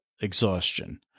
exhaustion